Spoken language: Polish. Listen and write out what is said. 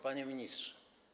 Panie Ministrze!